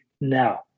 now